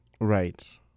Right